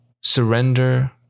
Surrender